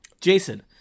Jason